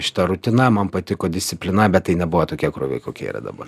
šita rutina man patiko disciplina bet tai nebuvo tokie krūviai kokie yra dabar